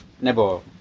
nebo